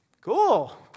cool